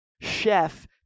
chef